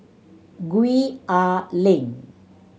Gwee Ah Leng